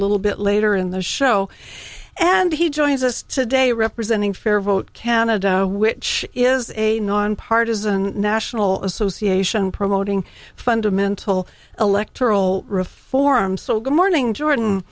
little bit later in the show and he joins us today representing fair vote canada which is a nonpartisan national association promoting fundamental electoral reform so good morning jordan